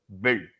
build